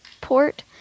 port